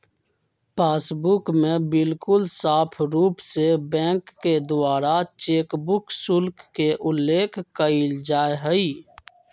passbook में बिल्कुल साफ़ रूप से बैंक के द्वारा चेकबुक शुल्क के उल्लेख कइल जाहई